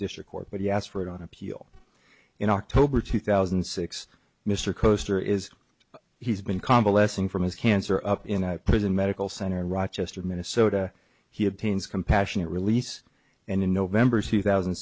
district court but he asked for it on appeal in october two thousand and six mr coaster is he's been convalescing from his cancer up in a prison medical center in rochester minnesota he obtains compassionate release and in november two thousand